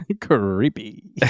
Creepy